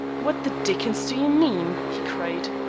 what the dickens do you mean? he cried.